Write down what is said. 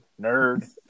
nerd